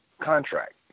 contract